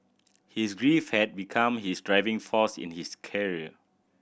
his grief had become his driving force in his career